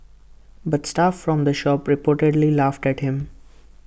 but staff from the shop reportedly laughed at him